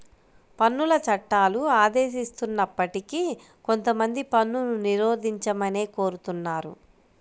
పన్నుల చట్టాలు ఆదేశిస్తున్నప్పటికీ కొంతమంది పన్నును నిరోధించమనే కోరుతున్నారు